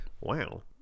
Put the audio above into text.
Wow